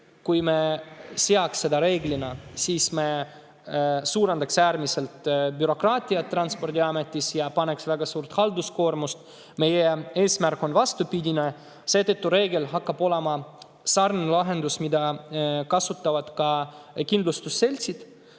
kui me seaks selle reegliks, siis me suurendaks äärmiselt palju bürokraatiat Transpordiametis ja paneks neile väga suure halduskoormuse. Meie eesmärk on vastupidine, seetõttu hakkab reegel olema sarnane lahendus, mida kasutavad ka kindlustusseltsid.